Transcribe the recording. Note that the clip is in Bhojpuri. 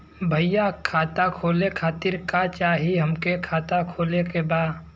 भईया खाता खोले खातिर का चाही हमके खाता खोले के बा?